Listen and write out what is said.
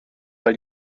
weil